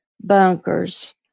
bunkers